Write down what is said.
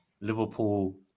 Liverpool